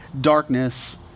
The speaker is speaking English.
darkness